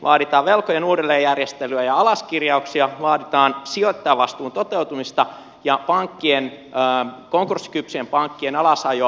vaaditaan velkojen uudelleenjärjestelyä ja alaskirjauksia vaaditaan sijoittajavastuun toteutumista ja konkurssikypsien pankkien alasajoa